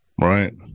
right